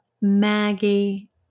Maggie